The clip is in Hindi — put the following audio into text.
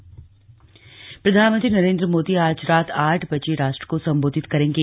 पीएम संबोधन प्रधानमंत्री नरेन्द्र मोदी आज रात आठ बजे राष्ट्र को संबोधित करेंगे